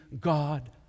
God